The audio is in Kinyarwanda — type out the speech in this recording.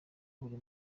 buri